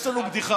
יש לנו בדיחה.